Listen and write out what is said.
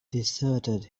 deserted